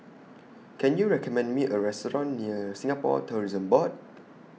Can YOU recommend Me A Restaurant near Singapore Tourism Board